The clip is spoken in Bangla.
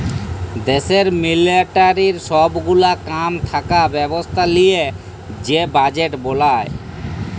দ্যাশের মিলিটারির সব গুলা কাম থাকা ব্যবস্থা লিয়ে যে বাজেট বলায়